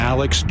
Alex